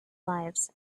lives